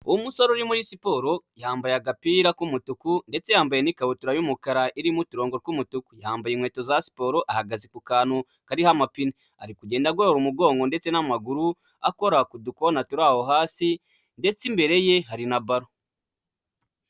Umusore uri muri siporo yambaye agapira k'umutuku ndetse yambaye n'ikabutura y'umukara irimo uturongo tw'umutuku, yambaye inkweto za siporo, ahagaze ku kantu kariho amapine ari kugenda agorora umugongo ndetse n'amaguru, akora ku dukona turi aho hasi ndetse imbere ye hari na balo.